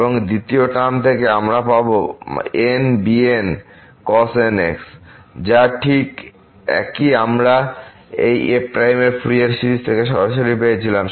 এবং দ্বিতীয় টার্ম থেকে আমরা পাবো nbn cos nx যা ঠিক একই আমরা এই f এর ফুরিয়ার সিরিজ থেকে সরাসরি পেয়েছিলাম